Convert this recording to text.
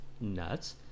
nuts